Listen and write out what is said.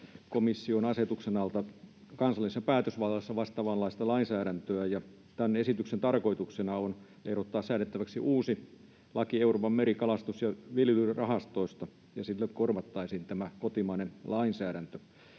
komission asetuksen alta kansallisessa päätösvallassa vastaavanlaista lainsäädäntöä, ja tämän esityksen tarkoituksena on ehdottaa säädettäväksi uusi laki Euroopan meri‑, kalastus‑ ja viljelyrahastosta, ja sillä korvattaisiin tämä kotimainen lainsäädäntö.